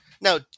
Now